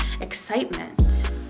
excitement